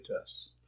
tests